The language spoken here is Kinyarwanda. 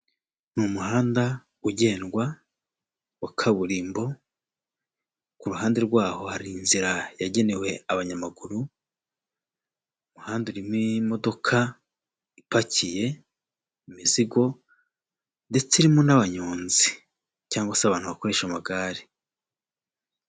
Mu muhanda ugendwa wa kaburimbo, ku ruhande rwaho hari inzira yagenewe abanyamaguru, umuhanda urimo imodoka ipakiye imizigo ndetse urimo n'abanyonzi cyangwa se abantu bakoresha amagare.